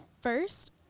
first